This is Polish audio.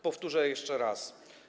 Powtórzę jeszcze raz.